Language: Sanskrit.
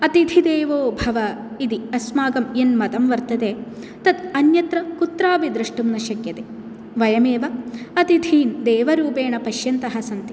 अतिथिदेवो भव इति अस्माकं यन् मतं वर्तते तत् अन्यत्र कुत्रापि द्रष्टुं न शक्यते वयमेव अतिथि देवरूपेण पश्यन्तः सन्ति